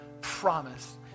promise